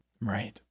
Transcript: Right